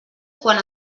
quan